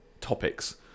topics